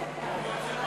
כן,